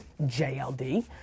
JLD